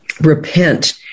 repent